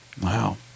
Wow